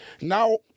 Now